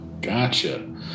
gotcha